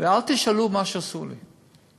אל תשאלו מה עשו לי.